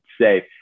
safe